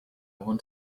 want